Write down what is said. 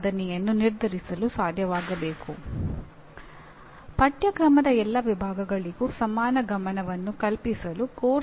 ಪಚಾರಿಕ ತತ್ವಶಾಸ್ತ್ರವು ಕೇಳುವ ಪ್ರಶ್ನೆಗಳನ್ನು ಶೈಕ್ಷಣಿಕ ತತ್ವಶಾಸ್ತ್ರವು ಶಿಕ್ಷಣಕ್ಕೆ ಸಂಬಂಧಿಸಿದಂತೆ ಅದೇ ಪ್ರಶ್ನೆಗಳನ್ನು ನಿರ್ದಿಷ್ಟವಾಗಿ ಕೇಳುತ್ತದೆ